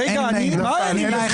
נפל.